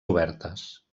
obertes